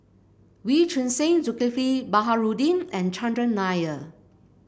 Wee Choon Seng Zulkifli Baharudin and Chandran Nair